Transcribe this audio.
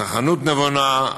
צרכנות נבונה,